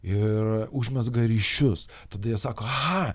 ir užmezga ryšius tada jie sako aha